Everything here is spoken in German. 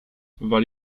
war